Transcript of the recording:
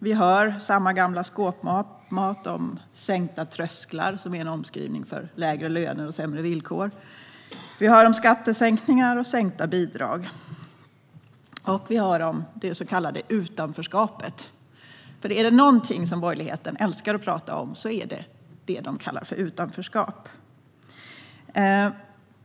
Vi hör samma gamla skåpmat om sänkta trösklar, som är en omskrivning för lägre löner och sämre villkor. Vi hör om skattesänkningar och sänkta bidrag, och vi hör om det så kallade utanförskapet. För är det något borgerligheten älskar att tala om är det utanförskap, som de kallar det.